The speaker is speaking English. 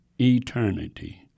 eternity